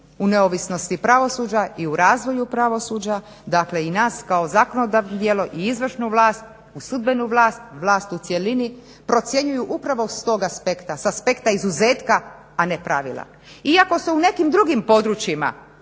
u neovisnosti pravosuđa i u razvoju pravosuđa dakle i nas kao zakonodavno tijelo i izvršnu vlast, sudbenu vlast, vlast u cjelini procjenjuju upravo s tog aspekta, s aspekta izuzetka a ne pravila. Iako se u nekim drugim područjima